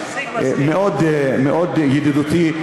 מאוד ידידותי,